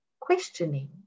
questioning